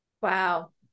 wow